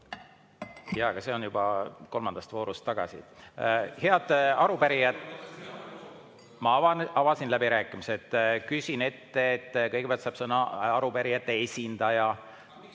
Aga see on juba kolmandast voorust tagasi. Head arupärijad! Ma avasin läbirääkimised, küsin ette, et kõigepealt saab sõna arupärijate esindaja.